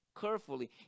carefully